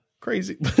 crazy